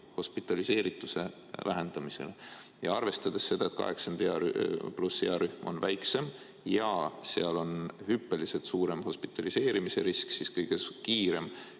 hospitaliseerituse vähendamisele. Arvestades seda, et üle 80-aastaste earühm on väiksem ja seal on hüppeliselt suurem hospitaliseerimise risk, siis kõige kiirem